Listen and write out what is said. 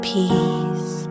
peace